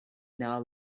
now